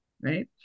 right